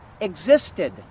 existed